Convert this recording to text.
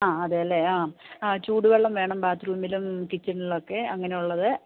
ആ അതെ അല്ലേ ആ ആ ചൂട് വെള്ളം വേണം ബാത്റൂമിലും കിച്ചണിലൊക്കെ അങ്ങനെയുള്ളത്